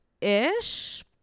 ish